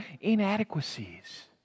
inadequacies